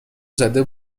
زده